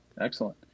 Excellent